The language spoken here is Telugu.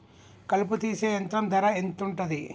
కలుపు తీసే యంత్రం ధర ఎంతుటది?